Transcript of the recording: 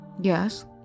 Yes